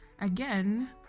again